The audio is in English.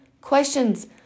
questions